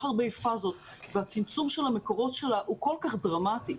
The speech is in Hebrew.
הרבה פזות והצמצום של המקורות שלה הוא כל כך דרמטי.